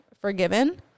forgiven